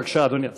בבקשה, אדוני השר.